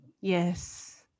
Yes